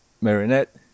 Marinette